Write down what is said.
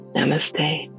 Namaste